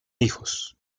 hijos